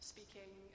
Speaking